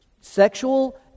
sexual